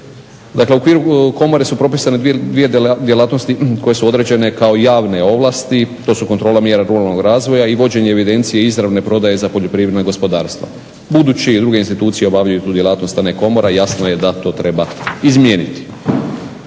okviru komore su propisane dvije djelatnosti koje su određene kao javne ovlasti. To su kontrola mjera ruralnog razvoja i vođenje evidencije izravne prodaje za poljoprivredne gospodarstva. Budući da druge institucije obavljaju tu djelatnost, a ne komora jasno je da to treba izmijeniti.